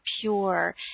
pure